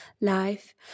life